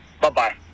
Bye-bye